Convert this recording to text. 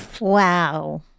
Wow